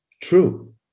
true